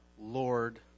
Lord